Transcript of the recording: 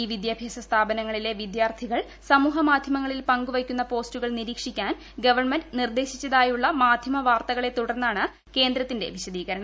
ഈ വിദ്യാഭ്യാസ സ്ഥാപനങ്ങളിലെ വിദ്യാർത്ഥികൾ സമൂഹമാധ്യമങ്ങളിൽ പങ്ക് വയ്ക്കുന്ന പോസ്റ്റുകൾ നിരീക്ഷിക്കാൻ ഗവൺമെന്റ് നിർദ്ദേശിച്ചതായുള്ള മാധ്യമവാർത്തകളെ തുടർന്നാണ് കേന്ദ്രത്തിന്റെ വിശദീകരണം